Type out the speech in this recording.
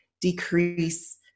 decrease